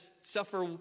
suffer